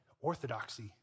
orthodoxy